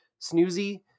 snoozy